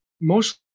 mostly